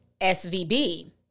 SVB